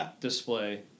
display